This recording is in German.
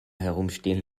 herumstehen